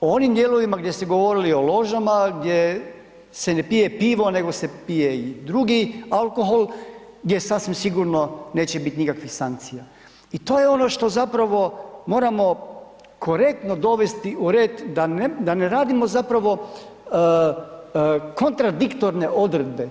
o onim dijelovima gdje ste govorili o ložama, gdje se ne pije pivo nego se pije drugi alkohol, gdje sasvim sigurno neće biti nikakvih sankcija i to je ono što zapravo moramo korektno dovesti u red da ne radimo zapravo kontradiktorne odredbe.